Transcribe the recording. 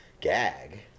Gag